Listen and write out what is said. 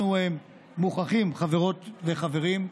אנחנו מוכרחים, חברות וחברים,